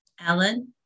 Alan